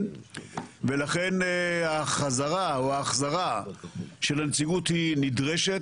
ולכן החזרה או ההחזרה של הנציגות נדרשת,